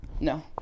No